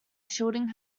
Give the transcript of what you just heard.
shielding